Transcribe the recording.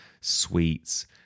sweets